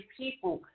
people